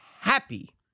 happy